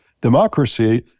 democracy